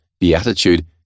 beatitude